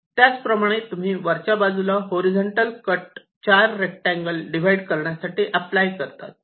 त्याच प्रमाणे तुम्ही वरच्या बाजूला हॉरिझॉन्टल कट 4 रेक्टांगल डिव्हाइड करण्यासाठी अप्लाय करतात